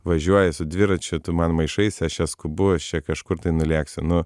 važiuoji su dviračiu tu man maišais aš čia skubu aš čia kažkur tai nulėksiu nu